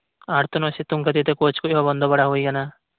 ᱟᱨ ᱱᱚᱣᱟ ᱥᱤᱛᱩᱝ ᱠᱷᱟᱹᱛᱤᱨ ᱛᱮ ᱠᱳᱪ ᱠᱚᱦᱚᱸ ᱵᱚᱱᱫᱚ ᱵᱟᱲᱟ ᱦᱩᱭ ᱠᱟᱱᱟ